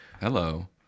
Hello